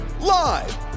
live